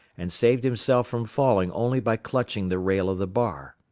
and saved himself from falling only by clutching the rail of the bar.